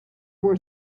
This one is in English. were